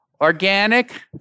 Organic